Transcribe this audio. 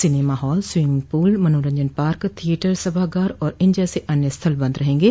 cinema hall swimming pool मनोरंजन park theatre सभागार और इन जैसे अन्य स्थल बंद रहेंगे